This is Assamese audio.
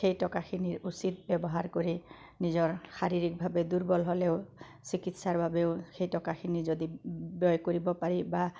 সেই টকাখিনিৰ উচিত ব্যৱহাৰ কৰি নিজৰ শাৰীৰিকভাৱে দুৰ্বল হ'লেও চিকিৎসাৰ বাবেও সেই টকাখিনি যদি ব্যয় কৰিব পাৰি বা